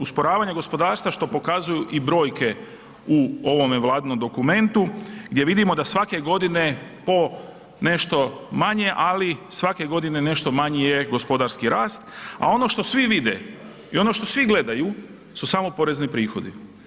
Usporavanje gospodarstva što pokazuju i brojke u ovome Vladinom dokumentu gdje vidimo da svake godine po nešto manje, ali svake godine je nešto manji je gospodarski rast, a ono što svi vide i i ono što svi gledaju su samo porezni prihodi.